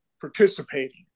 participating